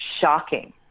shocking